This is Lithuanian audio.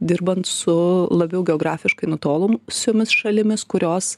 dirbant su labiau geografiškai nutolusiomis šalimis kurios